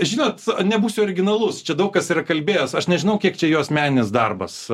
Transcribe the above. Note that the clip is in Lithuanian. žinot nebūsiu originalus čia daug kas yra kalbėjęs aš nežinau kiek čia jo asmeninis darbas